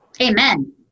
Amen